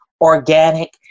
organic